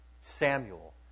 Samuel